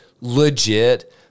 legit